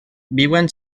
viuen